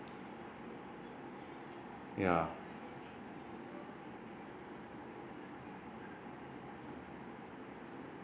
ya